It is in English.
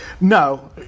No